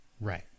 Right